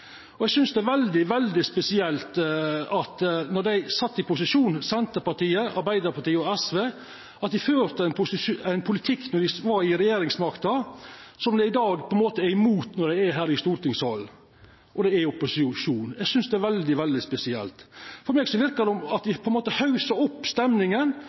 posisjon. Eg synest det er veldig spesielt at dei – Senterpartiet, Arbeiderpartiet og SV – førte ein politikk då dei hadde regjeringsmakta og sat i posisjon, som dei i dag er mot når dei er her i stortingssalen og er i opposisjon. Eg synest det er veldig spesielt. For meg verkar det som at dei haussar opp stemninga